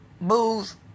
booze